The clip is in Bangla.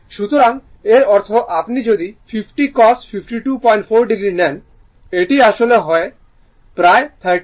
সুতরাং এর অর্থ আপনি যদি 50 cos 524 o নেন এটি আসলে হয়ে যাবে প্রায় 305 ধরুন